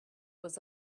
was